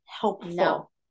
helpful